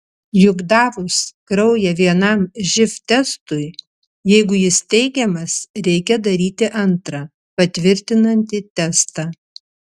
juk davus kraują vienam živ testui jeigu jis teigiamas reikia daryti antrą patvirtinantį testą